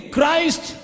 Christ